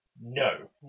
no